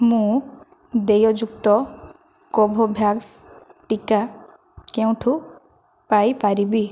ମୁଁ ଦେୟଯୁକ୍ତ କୋଭୋଭ୍ୟାକ୍ସ ଟିକା କେଉଁଠୁ ପାଇପାରିବି